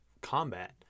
combat